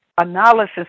analysis